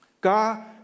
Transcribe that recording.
God